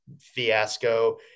fiasco